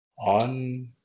On